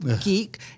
geek